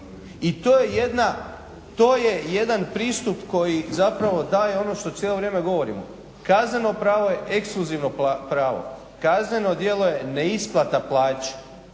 i to je jedan pristup koji zapravo daje ono što cijelo vrijeme govorimo. Kazneno pravo je ekskluzivno pravo. Kazneno djelo je neisplata plaće,